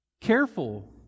careful